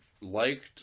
liked